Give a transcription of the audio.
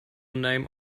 name